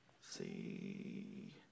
see